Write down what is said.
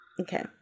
Okay